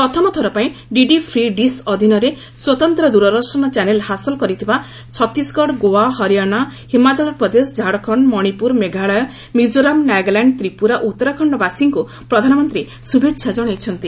ପ୍ରଥମଥର ପାଇଁ D D free dish ଅଧୀନରେ ସ୍ୱତନ୍ତ୍ର ଦ୍ରଦର୍ଶନ ଚ୍ୟାନେଲ୍ ହାସଲ କରିଥିବା ଛତିଶଗଡ଼ ଗୋଆ ହରିଆଣା ହିମାଚଳପ୍ରଦେଶ ଝାଡ଼ଖଣ୍ଡ ମଣିପୁର ମେଘାଳୟ ମିକୋରାମ ନାଗାଲାଣ୍ଡ ତ୍ରିପୁରା ଓ ଉତ୍ତରାଖଣ୍ଡ ବାସୀଙ୍କୁ ପ୍ରଧାନମନ୍ତ୍ରୀ ଶ୍ରଭେଚ୍ଛା ଜଣାଇଚ୍ଚନ୍ତି